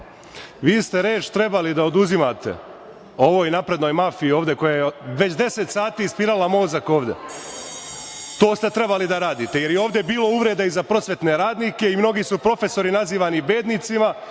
Vi ste reč trebali da oduzimate ovoj naprednoj mafiji ovde koja već deset sati ispirava mozak ovde. To ste trebali da radite, jer je ovde bilo uvreda i za prosvetne radnike i mnogi su profesori nazivani bednicima